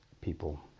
people